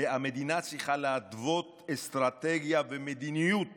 המדינה צריכה להתוות אסטרטגיה ומדיניות